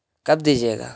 کب دیجیے گا